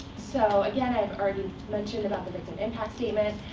so again, i've already mentioned about the victim impact statement,